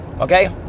Okay